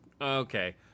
okay